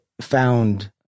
found